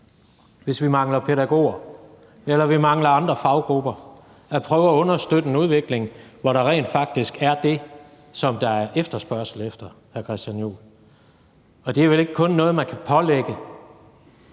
hvis vi mangler pædagoger eller vi mangler andre faggrupper, og at vi prøver at understøtte en udvikling, hvor der rent faktisk er det, som der er efterspørgsel efter, hr. Christian Juhl. Det er vel ikke kun noget, man kan pålægge